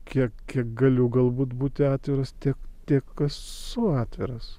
kiek kiek galiu galbūt būti atviras tiek tiek esu atviras